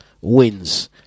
wins